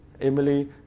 Emily